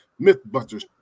MythBusters